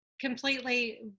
completely